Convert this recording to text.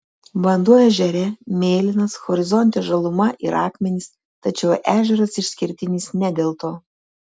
vanduo ežere mėlynas horizonte žaluma ir akmenys tačiau ežeras išskirtinis ne dėl to